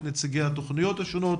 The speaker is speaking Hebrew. את נציגי התוכניות השונות